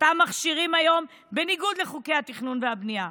אותם מכשירים היום בניגוד לחוקי התכנון והבנייה.